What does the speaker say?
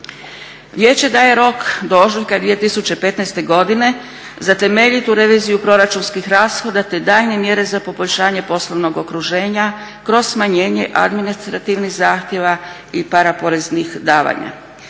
Vijeće daje rok do ožujka 2015.godine za temeljitu reviziju proračunskih rashoda te daljnje mjere za poboljšanje poslovnog okruženja kroz smanjenje administrativnih zahtjeva i paraporeznih davanja.